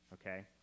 Okay